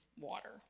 water